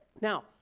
Now